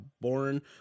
born